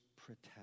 protect